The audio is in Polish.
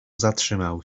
zatrzymał